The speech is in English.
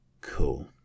cool